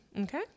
Okay